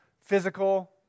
physical